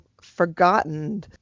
forgotten